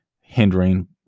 hindering